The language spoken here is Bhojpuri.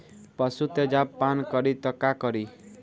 पशु तेजाब पान करी त का करी?